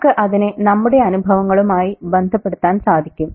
നമുക്ക് അതിനെ നമ്മുടെ അനുഭവങ്ങളുമായി ബന്ധപ്പെടുത്താൻ സാധിക്കും